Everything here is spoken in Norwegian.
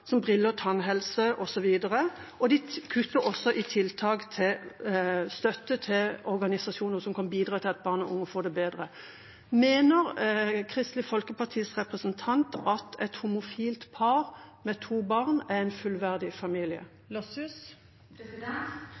som briller, tannhelse osv., og de kutter også i støtte til organisasjoner som kan bidra til at barn og unge får det bedre. Mener Kristelig Folkepartis representant at et homofilt par med to barn er en fullverdig familie?